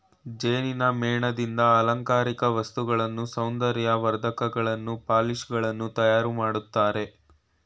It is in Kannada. ಜೇನಿನ ಮೇಣದಿಂದ ಅಲಂಕಾರಿಕ ವಸ್ತುಗಳನ್ನು, ಸೌಂದರ್ಯ ವರ್ಧಕಗಳನ್ನು, ಪಾಲಿಶ್ ಗಳನ್ನು ತಯಾರು ಮಾಡ್ತರೆ